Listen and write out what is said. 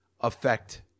affect